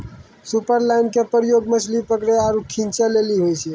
superline के प्रयोग मछली पकरै आरु खींचै लेली होय छै